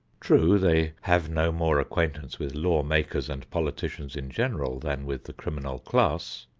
true they have no more acquaintance with law-makers and politicians in general than with the criminal class,